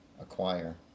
acquire